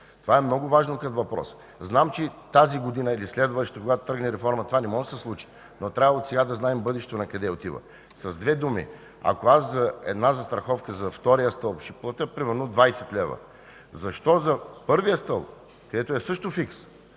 Това е много важно като въпрос. Знам, че тази година или следващата, когато тръгне реформата, това не може да се случи, но трябва отсега да знаем накъде отива бъдещето. С две думи: ако аз с една застраховка за втория стълб ще платя примерно 20 лв., защо за първия стълб, където е също фикс,